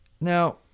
Now